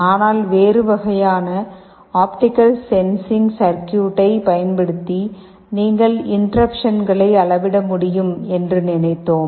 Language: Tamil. ஆனால் வேறு வகையான ஆப்டிகல் சென்சிங் சர்க்யூட்டைப் பயன்படுத்தி நீங்கள் இன்டெர்ருப்சன்களை அளவிட முடியும் என்று நினைத்தோம்